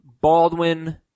Baldwin